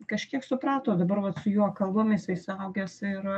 kažkiek suprato dabar vat su juo kalbam jisai suaugęs yra